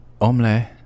Omelette